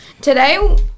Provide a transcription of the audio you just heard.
Today